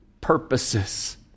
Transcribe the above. purposes